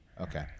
Okay